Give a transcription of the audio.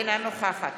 אינה נוכחת